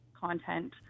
content